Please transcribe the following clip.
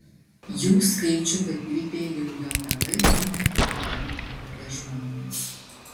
jų skaičių papildė jau jav gimę ir ten paaugę žmonės